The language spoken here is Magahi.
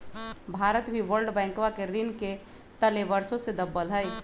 भारत भी वर्ल्ड बैंकवा के ऋण के तले वर्षों से दबल हई